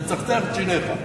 תצחצח את שיניך.